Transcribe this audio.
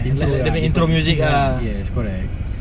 intro ah intro music ah yes correct